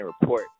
report